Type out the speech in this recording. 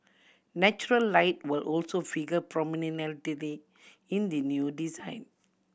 natural light will also figure in the new design